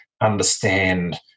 understand